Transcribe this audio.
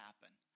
happen